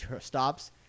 stops